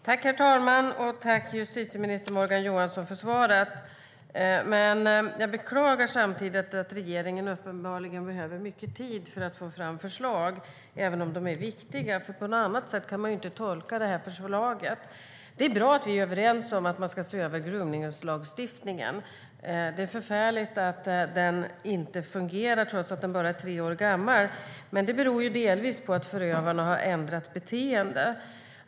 Herr talman! Tack, justitieminister Morgan Johansson, för svaret! Men samtidigt beklagar jag att regeringen uppenbarligen behöver mycket tid på sig för att få fram förslag, även om de är viktiga. På något annat sätt kan man inte tolka svaret. Det är bra att vi är överens om att man ska se över gromningslagstiftningen. Det är förfärligt att den inte fungerar trots att den bara är tre år gammal. Men det beror ju delvis på att förövarna har ändrat beteende.